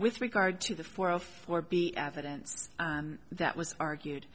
with regard to the four or four b evidence that was argued